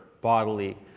bodily